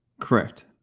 Correct